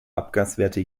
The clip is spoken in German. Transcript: abgaswerte